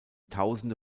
tausende